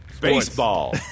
Baseball